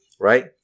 right